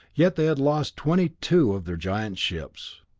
yet they had lost twenty-two of their giant ships.